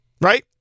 Right